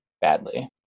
badly